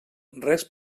res